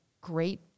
great